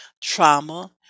trauma